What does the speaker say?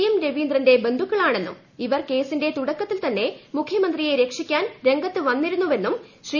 M രവീന്ദ്രന്റെ ബന്ധുക്കളാണെന്നും ഇവർ കേസിന്റെ തുടക്കത്തിൽ തന്നെ മുഖ്യമന്ത്രിയെ രക്ഷിക്കാൻ രംഗത്ത് വന്നിരുന്നുവെന്നും ശ്രീ